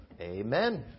Amen